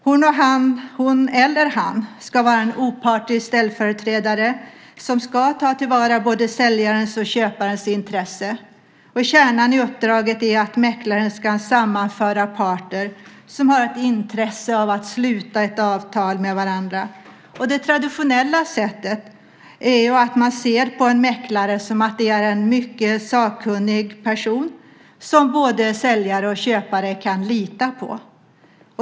Hon eller han ska vara en opartisk ställföreträdare som ska ta till vara både säljarens och köparens intresse. Kärnan i uppdraget är att mäklaren ska sammanföra parter som har ett intresse av att sluta ett avtal med varandra. Det traditionella sättet är att man ser på en mäklare som att det är en mycket sakkunnig person som både säljare och köpare kan lita på.